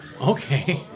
Okay